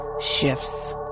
shifts